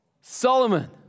Solomon